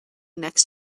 next